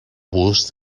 bust